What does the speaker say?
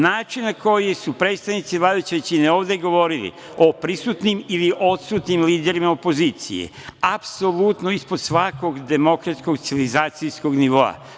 Način na koji su predstavnici vladajuće većine ovde govorili o prisutnim ili odsutnim liderima opozicije apsolutno je ispod svakog demokratskog, civilizacijskog nivoa.